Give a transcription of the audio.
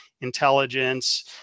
intelligence